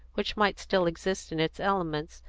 which might still exist in its elements,